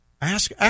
Ask